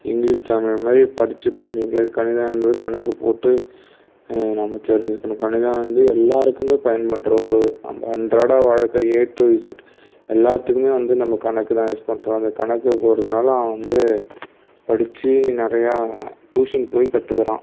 English தமிழ் மாதிரி படிச்சு புரிஞ்சுக்க முடியாது கணிதம் என்பது கணக்கு போட்டு நம்ப தெரிஞ்சுக்கணும் கணிதம் வந்து எல்லாருக்குமே பயன்பண்ற ஒரு அன்றாட வாழ்க்கை ஏ டு இஸட் எல்லாற்றுக்குமே வந்து நம்ம கணக்குதான் யூஸ் பண்றோம் அந்த கணக்கு போடுறதினால வந்து படிச்சு நிறைய டியூஷன் போய் கற்றுக்கறான்